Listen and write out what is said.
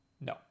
no